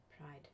pride